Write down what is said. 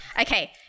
Okay